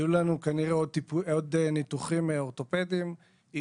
יהיו לנו כנראה עוד ניתוחים אורתופדיים,